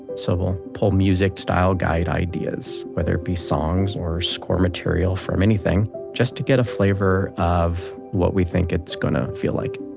so we'll pull music style guide ideas whether it be songs or score material for many thing just to get a flavor of what we think it's gonna to feel like.